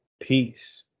Peace